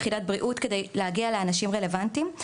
יחידות הבריאות כדי להגיע לאנשים רלוונטיים,